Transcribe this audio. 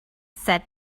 said